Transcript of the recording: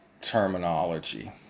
terminology